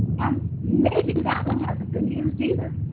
and maybe that one hasn't been used either,